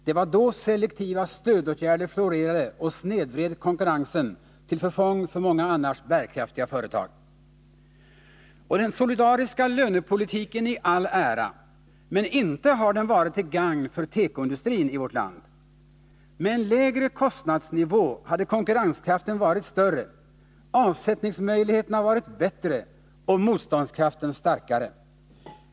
Det var då selektiva stödåtgärder florerade och snedvred konkurrensen till förfång för många annars bärkraftiga företag. Och den solidariska lönepolitiken i all ära — men inte har den varit till gagn för tekoindustrin i vårt land. Med en lägre kostnadsnivå hade konkurrenskraften varit större, avsättningsmöjligheterna bättre och motståndskraften starkare.